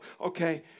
okay